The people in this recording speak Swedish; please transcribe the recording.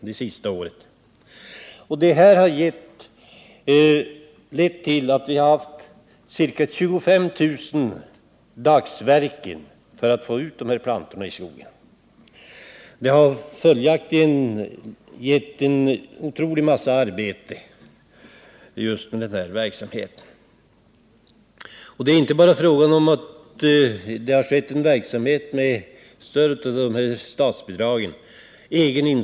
Det har erfordrats ca 25 000 dagsverken för att få ut dessa plantor i skogen. Denna verksamhet har alltså gett en otrolig mängd arbete. Det har inte bara skett en verksamhet med stöd av statsbidragen.